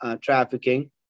trafficking